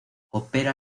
opera